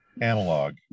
Analog